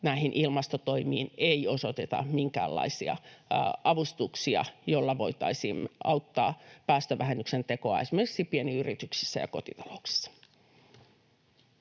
ilmastotoimiin ei osoiteta minkäänlaisia avustuksia, joilla voitaisiin auttaa päästövähennyksen tekoa esimerkiksi pienyrityksissä ja kotitalouksissa.